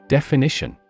Definition